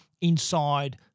inside